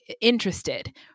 interested